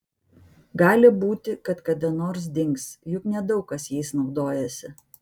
gali būti kad kada nors dings juk nedaug kas jais naudojasi